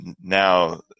now